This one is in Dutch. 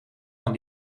van